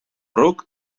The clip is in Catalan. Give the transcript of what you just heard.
ruc